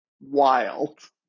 Wild